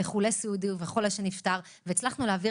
לגבי חולה סיעודי וחולה שנפטר והצלחנו להעביר